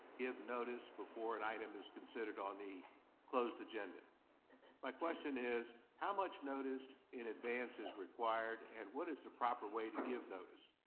give notice before an item is considered ah me close the gender my question is how much notice in advance is required and what is the proper way to give notice.